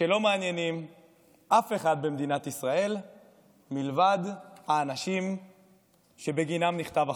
שלא מעניינים אף אחד במדינת ישראל מלבד האנשים שבגינם נכתב החוק.